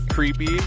Creepy